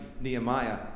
Nehemiah